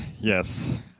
yes